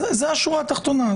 זו השורה התחתונה.